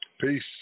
Peace